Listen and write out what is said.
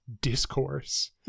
discourse